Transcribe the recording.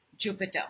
Jupiter